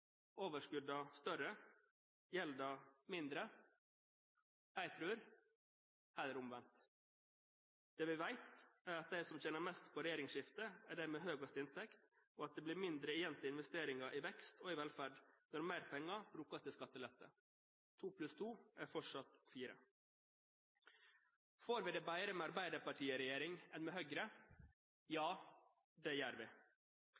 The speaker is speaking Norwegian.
overskuddene større, gjelden mindre? Jeg tror heller det er omvendt. Det vi vet, er at de som tjener mest på regjeringsskifte, er dem med høyest inntekt, og at det blir mindre igjen til investeringer i vekst og i velferd når mer penger brukes til skattelette. To pluss to er fortsatt fire. Får vi det bedre med Arbeiderpartiet i regjering enn med Høyre? Ja, det gjør vi.